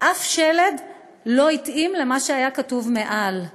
אף שלד לא התאים למה שהיה כתוב מעל.